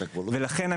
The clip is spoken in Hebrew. ולכן,